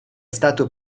stato